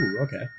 Okay